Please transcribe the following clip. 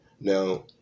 Now